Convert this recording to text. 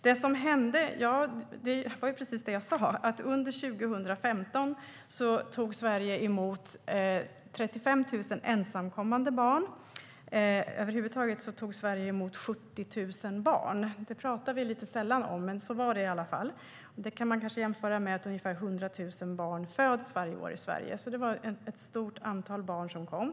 Det som hände var precis det jag sa: Under 2015 tog Sverige emot 35 000 ensamkommande barn. Sammantaget tog Sverige emot 70 000 barn - det talar vi sällan om, men så var det. Det kan man kanske jämföra med att det föds ungefär 100 000 varje år i Sverige, så det var ett stort antal barn som kom.